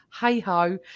hey-ho